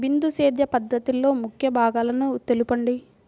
బిందు సేద్య పద్ధతిలో ముఖ్య భాగాలను తెలుపండి?